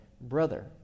brother